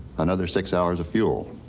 another six hours of fuel.